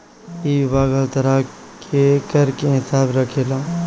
इ विभाग हर तरह के कर के हिसाब रखेला